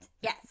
yes